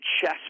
chess